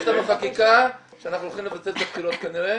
יש לנו גם חקיקה שאנחנו הולכים לבטל את הבחירות כנראה,